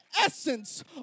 essence